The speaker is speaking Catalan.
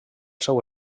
seu